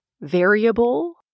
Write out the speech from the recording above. Variable